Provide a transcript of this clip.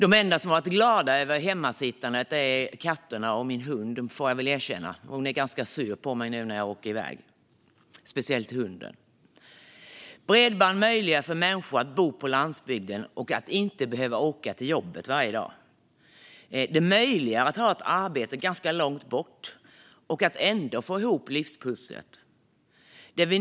De enda som har varit glada över mitt hemmasittande är katterna och hunden. Speciellt hunden är ganska sur på mig nu när jag åker iväg. Bredband möjliggör för människor att bo på landsbygden och att inte behöva åka till jobbet varje dag. Det möjliggör för människor att ha ett arbete ganska långt bort och ändå få ihop livspusslet.